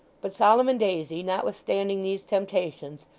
but solomon daisy, notwithstanding these temptations,